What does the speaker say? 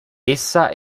essa